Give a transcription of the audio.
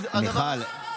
מיכל,